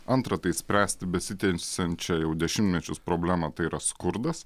antra tai spręsti besitęsiančią jau dešimtmečius problemą tai yra skurdas